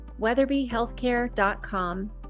weatherbyhealthcare.com